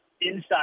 inside